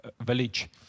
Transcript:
village